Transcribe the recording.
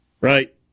right